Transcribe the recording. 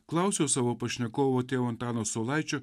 klausiau savo pašnekovo tėvų antano saulaičio